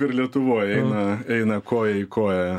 ir lietuvoj eina eina koja į koją